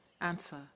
answer